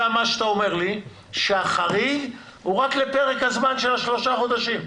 אתה אומר לי שהחריג הוא רק לפרק הזמן של השלושה חודשים.